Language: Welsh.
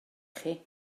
chi